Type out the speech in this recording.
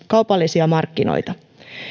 kaupallisia markkinoita